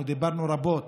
דיברנו רבות